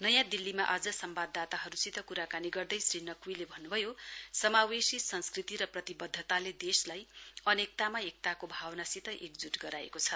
नयाँ दिल्लीमा आज सम्वाददाताहरूसित कुराकानी गर्दै श्री नाग्वीले भन्नुभयो समावेशी संस्कृति र प्रतिबद्धताले देशलाई अनेकतामा एकताको भावनासित एकजूट गराएको छ